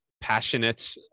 passionate